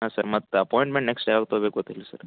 ಹಾಂ ಸರ್ ಮತ್ತೆ appointment next ಯಾವಾಗ ತೊಗೋಬೇಕು ಗೊತ್ತಿಲ್ಲ ರೀ ಸರ್